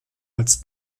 als